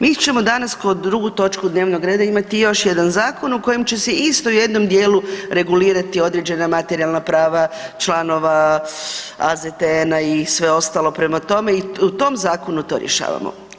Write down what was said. Mi ćemo danas ko drugu točku dnevnog reda imati još jedan zakon u kojem će isto u jednom djelu regulirati određena materijalna prava članova , AZTN-a i sve ostalo, prema tome, i u tom zakonu to rješavamo.